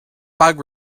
bug